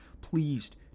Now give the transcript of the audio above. pleased